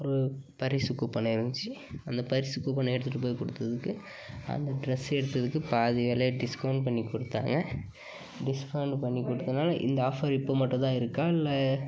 ஒரு பரிசு கூப்பன் இருந்துச்சி அந்த பரிசு கூப்பனை எடுத்துகிட்டு போய் கொடுத்ததுக்கு அந்த டிரெஸ் எடுத்ததுக்கு பாதி விலய டிஸ்கவுண்ட் பண்ணி கொடுத்தாங்க டிஸ்கவுண்டு பண்ணி கொடுத்தனால இந்த ஆஃபர் இப்போ மட்டுந்தான் இருக்கா இல்லை